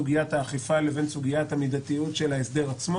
להפריד.